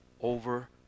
over